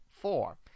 Four